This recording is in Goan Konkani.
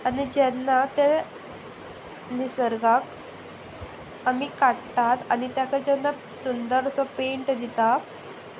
आनी जेन्ना ते निसर्गाक आमी काडटात आनी ताका जेन्ना सुंदर असो पेंट दिता